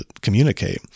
communicate